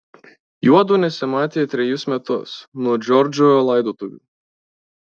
juodu nesimatė trejus metus nuo džordžo laidotuvių